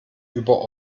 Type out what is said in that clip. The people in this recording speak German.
über